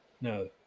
No